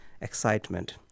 excitement